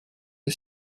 are